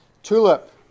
Tulip